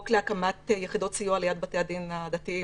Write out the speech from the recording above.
להקמת יחידות סיוע ליד בתי הדין הדתיים.